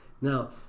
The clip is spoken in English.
Now